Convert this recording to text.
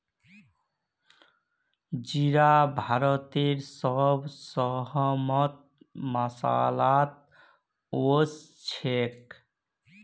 जीरा भारतेर सब स अहम मसालात ओसछेख